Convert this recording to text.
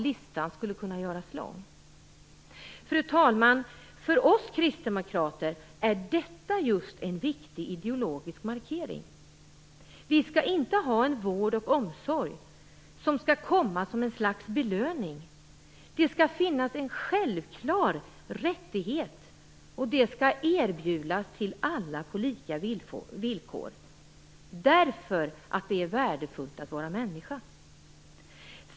Listan skulle kunna göras lång. Fru talman! För oss kristdemokrater är just detta en viktig ideologisk markering. Vi skall inte ha en vård och omsorg som skall komma som ett slags belöning. Den skall finnas som en självklar rättighet och erbjudas alla på lika villkor därför att det är värdefullt att vara människa.